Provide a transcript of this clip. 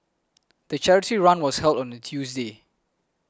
the charity run was held on a Tuesday